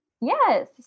yes